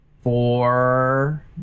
four